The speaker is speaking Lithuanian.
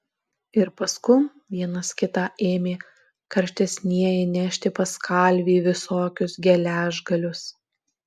ir paskum vienas kitą ėmė karštesnieji nešti pas kalvį visokius geležgalius